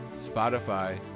Spotify